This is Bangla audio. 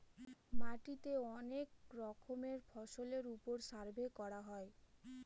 মাটিতে অনেক রকমের ফসলের ওপর সার্ভে করা হয়